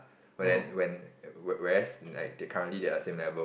but then when whereas like they currently they are the same level